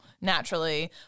naturally